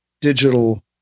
digital